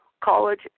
college